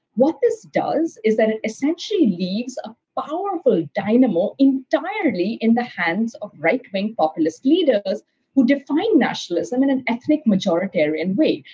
what this does is that it essentially leaves a powerful dynamo entirely in the hands of right-wing populist leaders who define nationalism in an ethnic, majoritarian way,